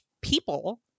people